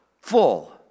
full